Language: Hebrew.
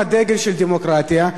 עם הדגל של הדמוקרטיה,